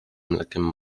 mlekiem